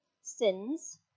sins